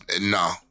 no